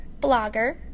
blogger